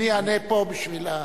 אדוני יענה פה בשביל,